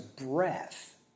breath